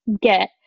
get